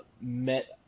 met